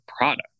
product